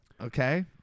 Okay